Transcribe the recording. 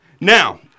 Now